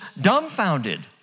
dumbfounded